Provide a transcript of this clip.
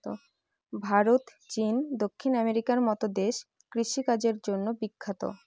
ভারত, চীন, দক্ষিণ আমেরিকার মতো দেশ কৃষিকাজের জন্য বিখ্যাত